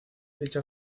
dicha